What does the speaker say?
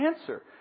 answer